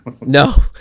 no